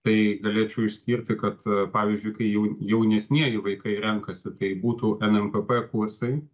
tai galėčiau išskirti kad pavyzdžiui kai jau jaunesnieji vaikai renkasi tai būtų nmpp kursai